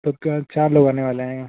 तब क्या चार लोग आने वाले हैं